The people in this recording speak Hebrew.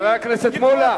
חבר הכנסת מולה,